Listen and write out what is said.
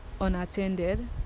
unattended